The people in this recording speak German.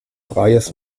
freies